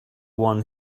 one